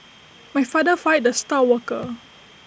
my father fired the star worker